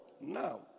now